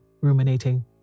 ruminating